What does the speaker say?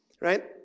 right